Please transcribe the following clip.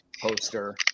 poster